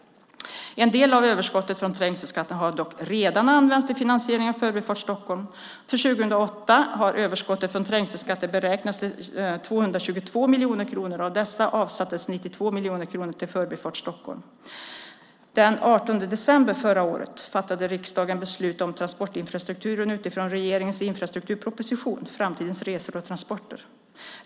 En del av överskottet från trängselskatten har dock redan använts till finansieringen av Förbifart Stockholm. För 2008 har överskottet från trängselskatten beräknats till 222 miljoner kronor. Av dessa avsattes 92 miljoner kronor till Förbifart Stockholm. Den 18 december förra året fattade riksdagen beslut om transportinfrastrukturen utifrån regeringens infrastrukturproposition Framtidens resor och transporter .